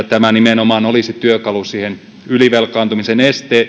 tämä nimenomaan olisi työkalu ylivelkaantumisen